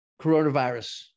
coronavirus